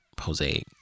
Jose